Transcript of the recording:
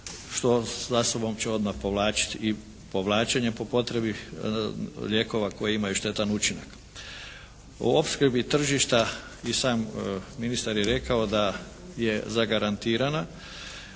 što za sobom će odmah povlačiti i povlačenje po potrebi lijekova koji imaju štetan učinak. U opskrbi tržišta i sam ministar je rekao da je zagarantirana